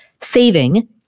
saving